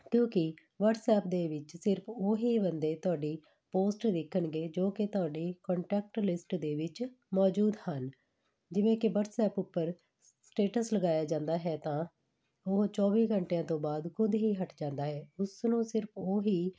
ਕਿਉਂਕਿ ਵਟਸਐਪ ਦੇ ਵਿੱਚ ਸਿਰਫ ਉਹੀ ਬੰਦੇ ਤੁਹਾਡੀ ਪੋਸਟ ਦੇਖਣਗੇ ਜੋ ਕਿ ਤੁਹਾਡੀ ਕੰਟੈਕਟ ਲਿਸਟ ਦੇ ਵਿੱਚ ਮੌਜੂਦ ਹਨ ਜਿਵੇਂ ਕਿ ਵਟਸਐਪ ਉੱਪਰ ਸਟੇਟਸ ਲਗਾਇਆ ਜਾਂਦਾ ਹੈ ਤਾਂ ਉਹ ਚੌਵੀ ਘੰਟਿਆਂ ਤੋਂ ਬਾਅਦ ਖੁਦ ਹੀ ਹਟ ਜਾਂਦਾ ਹੈ ਉਸ ਨੂੰ ਸਿਰਫ ਉਹ ਹੀ